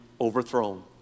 overthrown